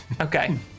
Okay